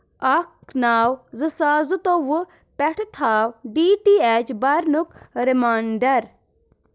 اکھ نَو زٕ ساس زٕتووُہ پٮ۪ٹھ تھاو ڈی ٹی ایٚچ برنُک رِمیٚنڑر